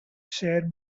share